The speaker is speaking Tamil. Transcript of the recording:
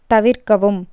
தவிர்க்கவும்